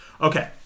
Okay